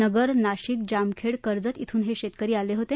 नगर नाशिक जामखेड कर्जत श्रिन हे शेतकरी आले होते